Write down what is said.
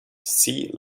see